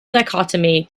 dichotomy